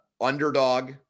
underdog